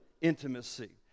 intimacy